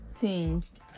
teams